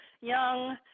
young